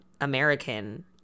American